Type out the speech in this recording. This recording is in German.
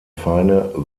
feine